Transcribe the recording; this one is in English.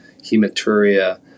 hematuria